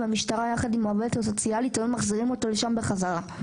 והמשטרה יחד עם העובדת הסוציאלית היו מחזירים אותו לשם בחזרה.